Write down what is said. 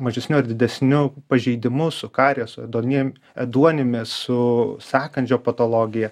mažesniu ar didesniu pažeidimu su kariesu ėduonim ėduonimi su sąkandžio patologija